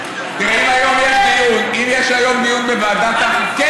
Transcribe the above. תראה, אם יש היום דיון בוועדת, אני חותם.